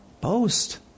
boast